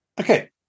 Okay